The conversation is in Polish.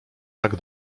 tak